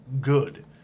good